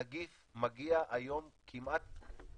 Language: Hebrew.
הנגיף מגיע היום כמעט,